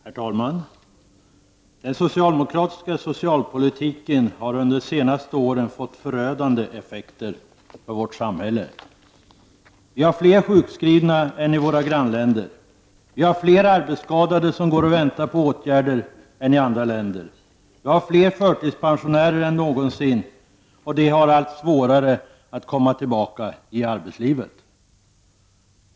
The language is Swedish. Herr talman! Den socialdemokratiska socialpolitiken har under de senaste åren fått förödande effekter för vårt samhälle. Vi har fler sjukskrivna än vad våra grannländer har. Vi har fler arbetsskadade som går och väntar på åtgärder än vad andra länder har. Vi har fler förtidspensionärer än någonsin, och de har allt svårare att komma tillbaka till arbetslivet.